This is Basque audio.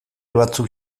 batzuk